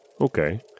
Okay